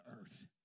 earth